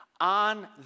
on